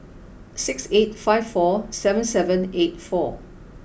six eight five four seven seven eight four